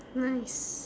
nice